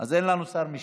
אז אין לנו שר משיב.